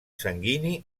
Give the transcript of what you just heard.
sanguini